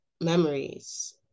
memories